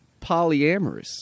polyamorous